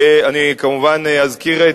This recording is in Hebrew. אני כמובן אזכיר את,